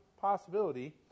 possibility